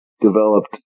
developed